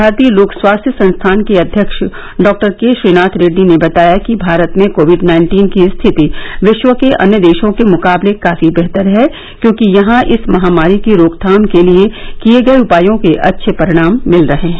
भारतीय लोक स्वास्थ्य संस्थान के अध्यक्ष डॉ के श्रीनाथ रेड्डी ने बताया कि भारत में कोविड नाइन्टीन की स्थिति विश्व के अन्य देशों के मुकाबले काफी बेहतर है क्योंकि यहां इस महामारी की रोकथाम के लिए किए गए उपायों के अच्छे परिणाम मिल रहे हैं